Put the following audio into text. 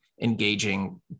engaging